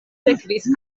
sekvis